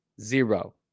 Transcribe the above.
Zero